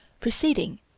proceeding